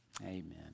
Amen